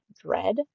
dread